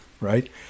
right